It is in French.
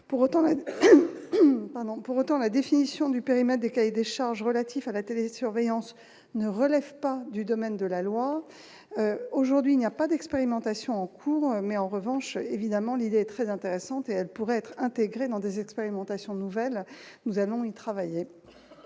pour autant, la définition du périmètre des cahiers des charges relatif à la télésurveillance ne relève pas du domaine de la loi, aujourd'hui il n'y a pas d'expérimentation en cours, mais en revanche évidemment l'idée très intéressante, et elle pourrait être intégrée dans des expérimentations nouvelles nous allons-y travailler